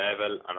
level